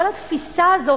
כל התפיסה הזאת,